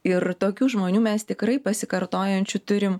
ir tokių žmonių mes tikrai pasikartojančių turim